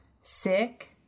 sick